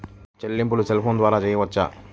చెల్లింపులు cell phone ద్వారా చేయవచ్చా?